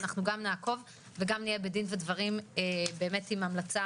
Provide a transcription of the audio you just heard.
גם נעקוב וגם נהיה בדין ודברים עם המלצה